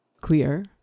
clear